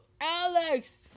Alex